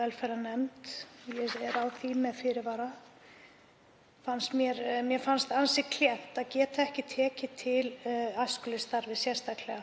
velferðarnefnd, ég er á því með fyrirvara, fannst mér ansi klént að geta ekki tekið til æskulýðsstarfs sérstaklega.